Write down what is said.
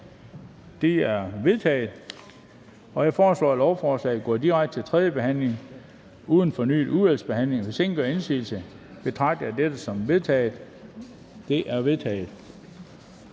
er vedtaget. Jeg foreslår, at lovforslagene går direkte til tredje behandling uden fornyet udvalgsbehandling. Hvis ingen gør indsigelse, betragter jeg det som vedtaget. Det er vedtaget.